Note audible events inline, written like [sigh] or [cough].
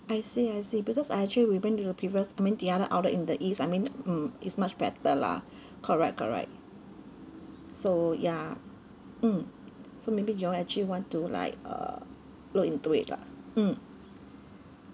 I see I see because I actually we went to the previous I mean the other outlet in the east I mean mm it's much better lah [breath] correct correct so ya mm so maybe you all actually want to like uh look into it lah mm